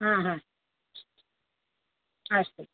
आ हा अस्तु